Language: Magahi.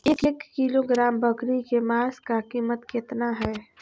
एक किलोग्राम बकरी के मांस का कीमत कितना है?